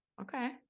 okay